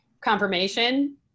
confirmation